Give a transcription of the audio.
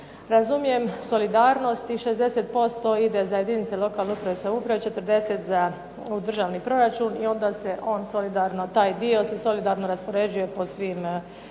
Razumijem solidarnost i 60% ide za jedinice lokalne i samouprave, 40 za državni proračun i onda se on solidarno taj dio se solidarno raspoređuje po svim hrvatskim